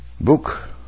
book